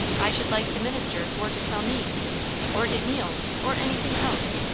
i should like the minister for to tell me or get meals, or anything else?